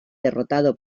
derrotado